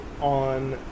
on